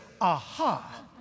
aha